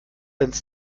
ins